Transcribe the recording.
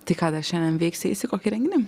tai ką dar šiandien veiksi eisi į kokį renginį